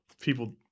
people